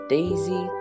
Daisy